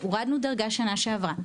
הורדנו בדרגה בשנה שעברה,